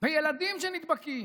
בילדים שנדבקים.